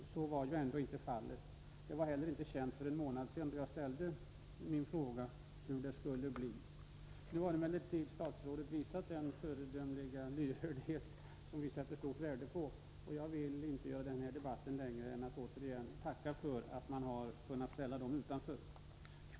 Så varinte fallet. Det var inte heller känt för en månad sedan, då jag ställde min fråga, hur det skulle bli. Nu har statsrådet emellertid visat den föredömliga lyhördhet som vi sätter stort värde på. Jag vill inte göra denna debatt längre utan tackar återigen för att man har kunnat ställa dessa medel utanför avgiftsskyldigheten.